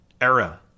era